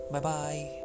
Bye-bye